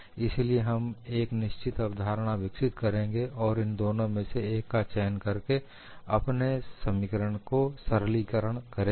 इसीलिए हम एक निश्चित अवधारणा विकसित करेंगे और इन दोनों में से एक का चयन करके अपनी समीकरण को सरलीकरण करेंगे